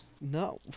No